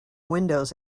windows